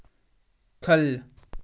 ख'ल्ल